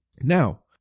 Now